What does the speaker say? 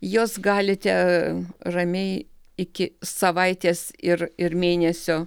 juos galite ramiai iki savaitės ir ir mėnesio